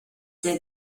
der